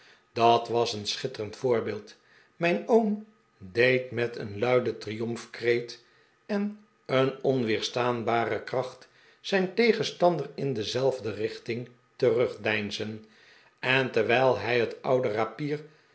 dat was een schitterend voorbeeld mijn oom deed met een luiden triomfkreet en een onweerstaanbare kracht zijn tegenstander in dezelfde richting terugdeinzen en terwijl hij het oude rapier